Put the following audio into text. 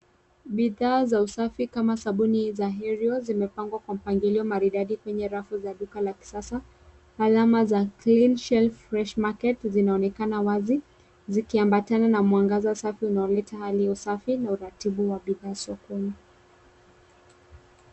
Bidhaa za usafi kama sabuni za ariel zimepangwa kwa mpangilio maridadi kwenye rafu za duka la kisasa, alama za cleanshelf fresh market zinaonekana wazi, zikiambatana na mwangaza safi unaoleta hali safi na uratibu wa bidhaa sokoni.